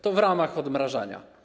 To w ramach odmrażania.